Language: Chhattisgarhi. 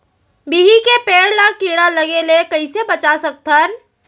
बिही के पेड़ ला कीड़ा लगे ले कइसे बचा सकथन?